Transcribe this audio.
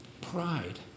Pride